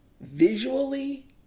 visually